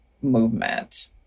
movement